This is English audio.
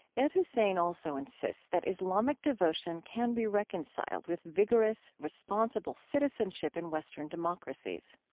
ed husain also insists that islamic devotion can be reconciled with vigorous, responsible citizenship in western democracies,